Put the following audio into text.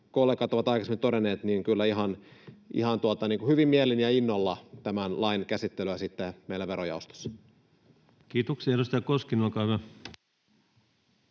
kollegat ovat aikaisemmin todenneet, ihan hyvin mielin ja innolla tämän lain käsittelyä sitten meillä verojaostossa. Kiitoksia. — Edustaja Koskinen, olkaa hyvä.